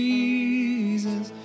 Jesus